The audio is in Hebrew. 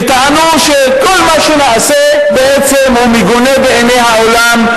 וטענו שכל מה שנעשה מגונה בעיני העולם,